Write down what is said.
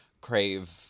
crave